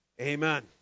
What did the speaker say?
Amen